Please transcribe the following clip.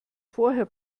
vorher